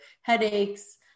headaches